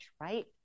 right